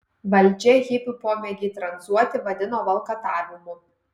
valdžia hipių pomėgį tranzuoti vadino valkatavimu